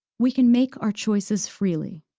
we can make our choices freely.